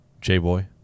J-Boy